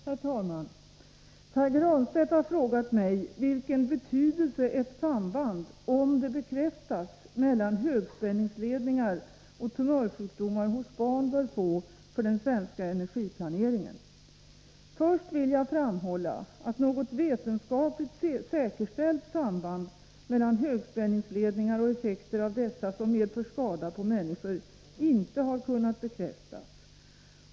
Herr talman! Pär Granstedt har frågat mig vilken betydelse ett samband, om det bekräftas, mellan högspänningsledningar och tumörsjukdomar hos barn bör få för den svenska energiplaneringen. Först vill jag framhålla att något vetenskapligt säkerställt samband mellan högspänningsledningar och effekter av dessa som medför skada på människor inte har kunnat bekräftas.